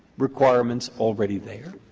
requirements already there?